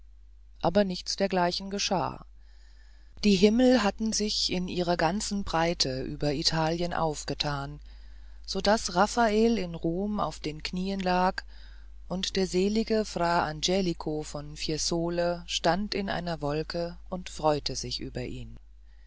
aber nichts dergleichen geschah die himmel hatten sich in ihrer ganzen breite über italien aufgetan so daß raffael in rom auf den knien lag und der selige fra angelico von fiesole stand in einer wolke und freute sich über ihn